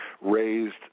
raised